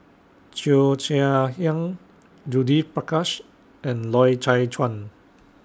Cheo Chai Hiang Judith Prakash and Loy Chye Chuan